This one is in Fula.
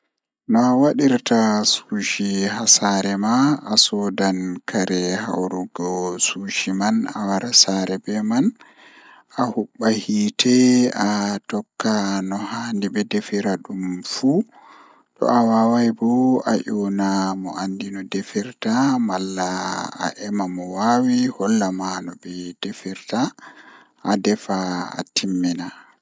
Arandeere kam mi eman mo dume o buri yidugo haa rayuwa maako tomi nani ko o buradaa yiduki mi eman mo dume be dume o burdaa yiduki haa duniyaaru tomi nani hunde didi do mi wawan mi yecca ma goddo ko o moijo be ko o wawata waduki.